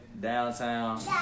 Downtown